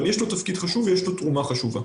אבל יש לו תפקיד חשוב ויש לו תרומה חשובה.